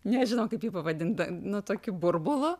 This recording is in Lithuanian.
nežinau kaip jį pavadint nu tokiu burbulu